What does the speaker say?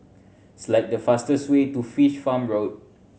select the fastest way to Fish Farm Road